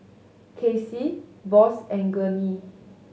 Kecia Boss and Gurney